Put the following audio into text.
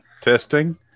testing